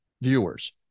viewers